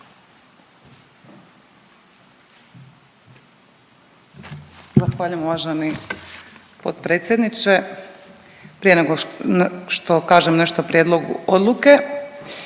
Zahvaljujem uvaženi potpredsjedniče. Prije nego što kažem nešto o prijedlogu odluke